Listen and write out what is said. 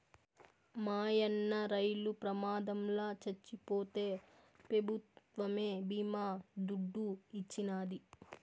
మాయన్న రైలు ప్రమాదంల చచ్చిపోతే పెభుత్వమే బీమా దుడ్డు ఇచ్చినాది